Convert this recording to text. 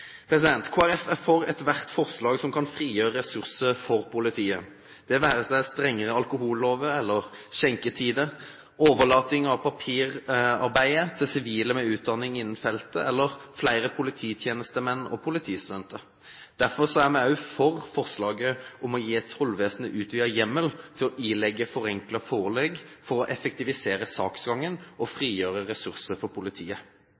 er for ethvert forslag som kan frigjøre ressurser for politiet, det være seg strengere alkohollover eller skjenketider, overlating av papirarbeidet til sivile med utdanning innen feltet, eller flere polititjenestemenn og politistudenter. Derfor er vi også for forslaget om å gi tollvesenet utvidet hjemmel til å ilegge forenklet forelegg, for å effektivisere saksgangen og frigjøre ressurser for politiet.